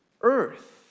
earth